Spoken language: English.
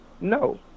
No